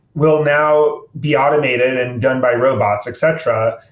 will now be automated and done by robots, etc,